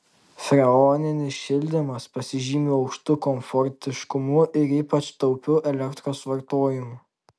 freoninis šildymas pasižymi aukštu komfortiškumu ir ypač taupiu elektros vartojimu